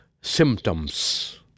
symptoms